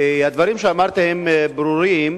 הדברים שאמרת הם ברורים,